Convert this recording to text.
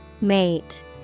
Mate